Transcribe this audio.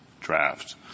draft